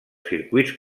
circuits